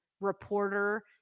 reporter